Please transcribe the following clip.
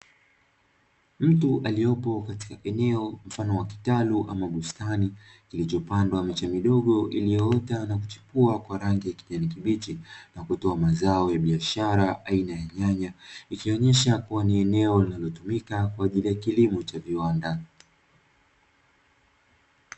Mtu aliyepo katika eneo mfano wa kitalu ama bustani, kilichopandwa miche midogo iliyoota na kuchipua kwa rangi ya kijani kibichi, na kutoa mazao ya biashara aina ya nyanya; ikionyesha kuwa ni eneo linalotumika kwa ajili ya kilimo cha viwanda.